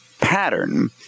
pattern